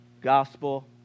Gospel